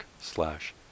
slash